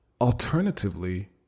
Alternatively